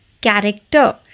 character